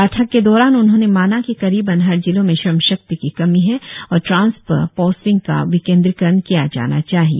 बैठक के दौरान उन्होंने माना की करीबन हर जिलों में श्रमशक्ति की कमी है और ट्रांस्पर पोस्टिंग का विकेन्द्रीकरण किया जाना चाहिए